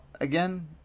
again